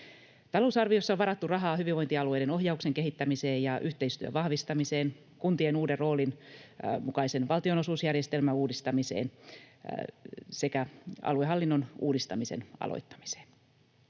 Talousarviossa on varattu rahaa hyvinvointialueiden ohjauksen kehittämiseen ja yhteistyön vahvistamiseen, kuntien uuden roolin mukaisen valtionosuusjärjestelmän uudistamiseen sekä aluehallinnon uudistamisen aloittamiseen.